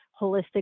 holistic